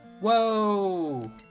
Whoa